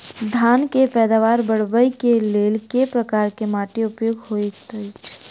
धान केँ पैदावार बढ़बई केँ लेल केँ प्रकार केँ माटि उपयुक्त होइत अछि?